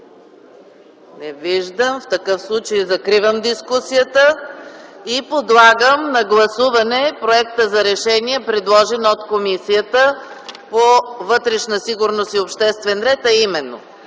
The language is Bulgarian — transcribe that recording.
Не виждам. Закривам дискусията и подлагам на гласуване проекта за решение, предложен от Комисията по вътрешна сигурност и обществен ред, а именно: